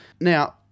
Now